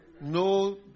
No